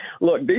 look